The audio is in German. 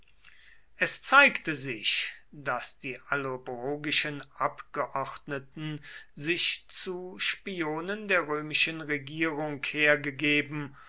es zeigte sich daß die allobrogischen abgeordneten sich zu spionen der römischen regierung hergegeben